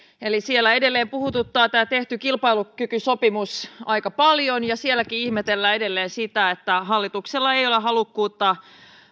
eli siellä edelleen puhututtaa tämä tehty kilpailukykysopimus aika paljon ja sielläkin ihmetellään edelleen sitä että hallituksella ei ole halukkuutta